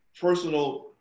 personal